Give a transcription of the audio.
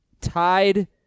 tied